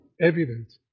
evident